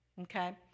Okay